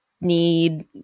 need